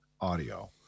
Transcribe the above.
audio